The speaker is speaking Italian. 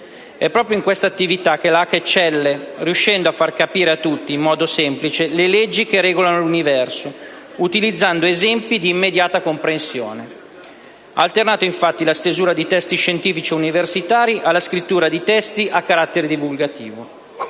È proprio in questa attività che la Hack eccelle, riuscendo a far capire a tutti, in modo semplice, le leggi che regolano l'universo, utilizzando esempi di immediata comprensione. Ha alternato, infatti, la stesura di testi scientifici universitari alla scrittura di testi a carattere divulgativo.